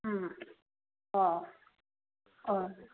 ꯎꯝ ꯑꯣ ꯑꯣ